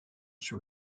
sur